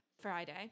Friday